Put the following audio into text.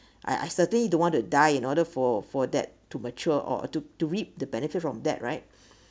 I I certainly don't want to die in order for for that to mature or to to reap the benefits from that right